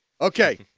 Okay